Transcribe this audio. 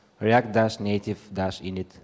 react-native-init